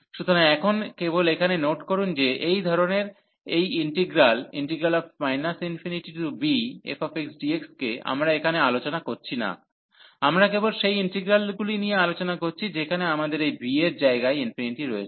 সুতরাং এখন কেবল এখানে নোট করুন যে এই ধরণের এই ইন্টিগ্রাল ∞bfxdx কে আমরা এখানে আলোচনা করছি না আমরা কেবল সেই ইন্টিগ্রালগুলি নিয়ে আলোচনা করছি যেখানে আমাদের এই b এর জায়গায় ইনফিনিটি রয়েছে